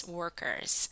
workers